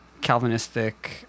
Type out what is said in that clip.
Calvinistic